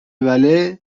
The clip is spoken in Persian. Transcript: بله